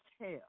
hell